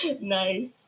Nice